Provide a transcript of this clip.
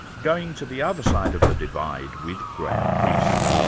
going to the other side of the divide with graham priest,